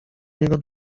niego